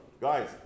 Guys